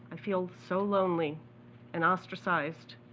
i feel so lonely and ostracized,